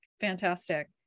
Fantastic